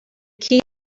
key